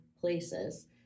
places